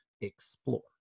explore